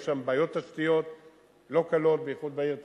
יש שם בעיות תשתיות לא קלות, בייחוד בעיר טייבה,